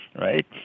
right